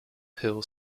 hill